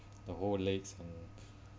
the whole legs and